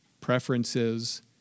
preferences